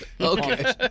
Okay